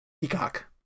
peacock